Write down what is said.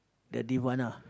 the demand lah